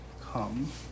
come